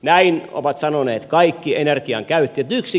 näin ovat sanoneet kaikki energiankäyttäjät